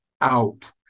out